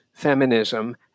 Feminism